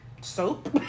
Soap